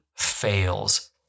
fails